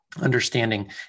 understanding